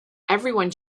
everyone